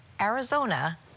Arizona